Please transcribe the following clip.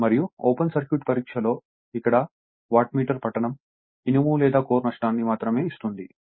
మరియు open circuit పరీక్ష లో ఇక్కడ వాట్మీటర్ పఠనం ఇనుము లేదా కోర్ నష్టాన్ని మాత్రమే ఇస్తుంది